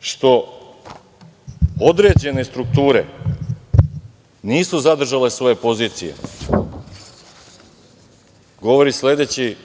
što određene strukture nisu zadržale svoje pozicije, govori